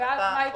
כן.